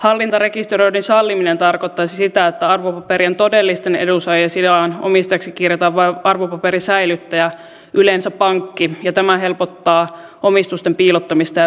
hallintarekisteröinnin salliminen tarkoittaisi sitä että arvopaperien todellisten edunsaajien sijaan omistajaksi kirjataan vain arvopaperin säilyttäjä yleensä pankki ja tämä helpottaa omistusten piilottamista ja veronkiertoa